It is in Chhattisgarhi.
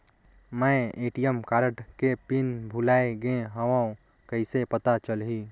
मैं ए.टी.एम कारड के पिन भुलाए गे हववं कइसे पता चलही?